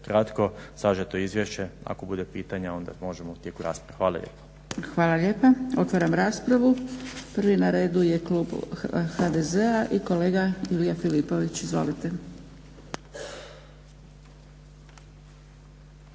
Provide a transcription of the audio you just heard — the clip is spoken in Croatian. Hvala lijepa. Otvaram raspravu. Prvi na redu je klub HDZ-a i kolega Ilija Filipović. Izvolite.